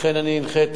לכן אני הנחיתי,